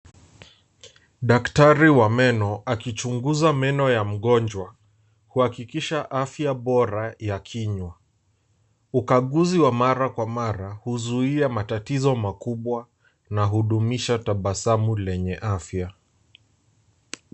Daktari wa meno, akichunguza meno ya mngonjwa kuhakikisha afya bora ya kinywa. Ugaguzi wa mara kwa mara huzuia matatizo makubwa na hudumisha tabasamu lenye afya.